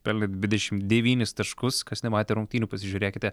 pelnė dvidešimt devynis taškus kas nematė rungtynių pasižiūrėkite